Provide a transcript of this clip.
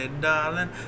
darling